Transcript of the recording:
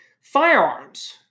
firearms